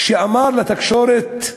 שאמר לתקשורת: